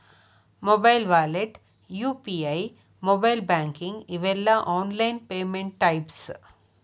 mobile wallet UPI mobile banking ಇವೆಲ್ಲ online payment types